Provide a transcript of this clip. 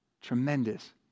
Tremendous